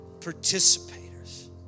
participators